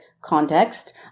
context